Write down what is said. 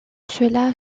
cela